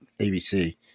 ABC